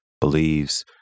believes